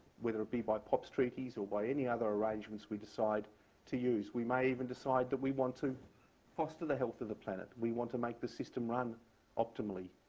whether it be by pops treaties or by any other arrangements we decide to use. we may even decide that we want to foster the health of the planet. we want to make the system run optimally,